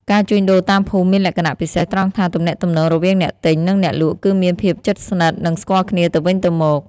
ការជួញដូរតាមភូមិមានលក្ខណៈពិសេសត្រង់ថា ទំនាក់ទំនងរវាងអ្នកទិញ និងអ្នកលក់គឺមានភាពជិតស្និទ្ធ និងស្គាល់គ្នាទៅវិញទៅមក។